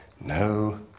No